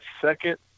second